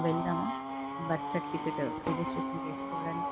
వెళదామా birth certificate registration చేసుకోవడానికి